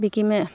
বিকিমে